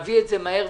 נביא את זה מהר.